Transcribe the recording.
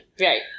Right